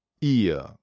ihr